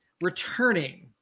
returning